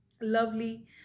lovely